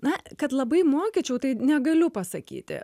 na kad labai mokyčiau tai negaliu pasakyti